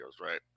right